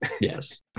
Yes